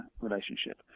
relationship